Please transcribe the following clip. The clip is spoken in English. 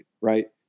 right